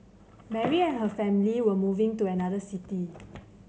Mary and her family were moving to another city